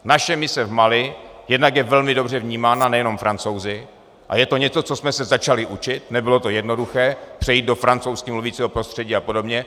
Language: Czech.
Naše mise v Mali jednak je velmi dobře vnímána nejenom Francouzi a je to něco, co jsme se začali učit, nebylo to jednoduché přejít do francouzsky mluvícího prostředí a podobně.